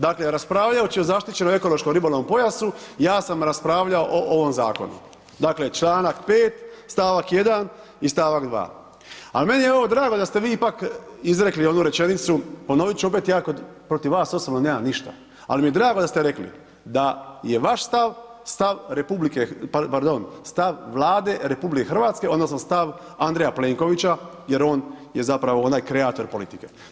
Dakle, raspravljajući o zaštićenom ekološko ribolovnom pojasu ja sam raspravljao o ovom zakonu, dakle čl. 5. st. 1. i st. 2. Al meni je ovo drago da ste vi ipak izrekli onu rečenicu, ponovit ću opet ja protiv vas osobno nemam ništa, ali mi je drago da ste rekli da je vaš stav stav Vlade RH odnosno stav Andreja Plenkovića jer on je zapravo onaj kreator politike.